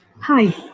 Hi